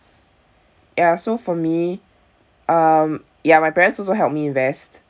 ya so for me um ya my parents also help me invest